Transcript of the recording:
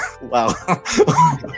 wow